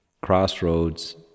crossroads